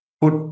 Put